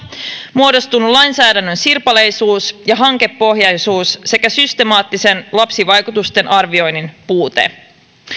muodostunut lainsäädännön sirpaleisuus ja hankepohjaisuus sekä systemaattisen lapsivaikutusten arvioinnin puute